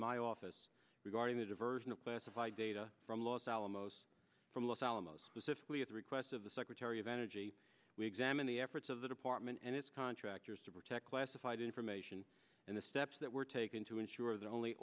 my office regarding the diversion of classified data from los alamos from los alamos specifically at the request of the secretary of energy we examine the efforts of the department and its contractors to protect classified information and the steps that were taken to ensure that only